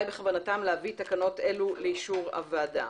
בכוונתם להביא תקנות אלו לאישור הוועדה.